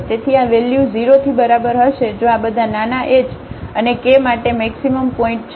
તેથી આ વેલ્યુ 0 થી બરાબર હશે જો આ બધા નાના h અને કે માટે મેક્સિમમ પોઇન્ટ છે